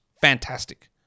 Fantastic